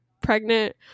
pregnant